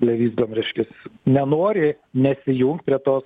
blevyzgom reiškias nenori nesijunk prie tos